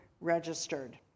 registered